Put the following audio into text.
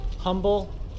humble